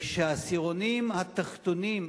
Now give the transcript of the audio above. וכשהעשירונים התחתונים,